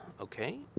Okay